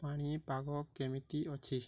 ପାଣିପାଗ କେମିତି ଅଛି